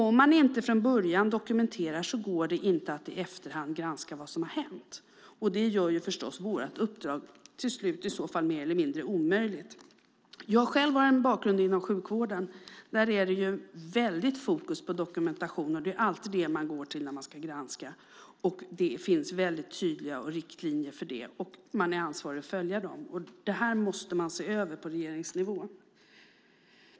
Om man inte från början dokumenterar går det inte att i efterhand granska vad som har hänt, och det gör förstås vårt uppdrag till slut mer eller mindre omöjligt. Jag själv har en bakgrund inom sjukvården. Där är det ett starkt fokus på dokumentationen, och det är alltid den man går till när man ska granska. Det finns väldigt tydliga riktlinjer för dokumentation, och man är ansvarig att följa dem. Det här måste man se över på regeringsnivå.